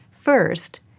First